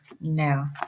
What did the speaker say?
No